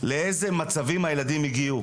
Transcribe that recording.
לאיזה מצבים הילדים הגיעו,